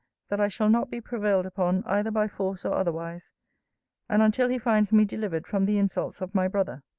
that i shall not be prevailed upon, either by force or otherwise and until he finds me delivered from the insults of my brother.